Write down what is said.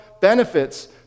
benefits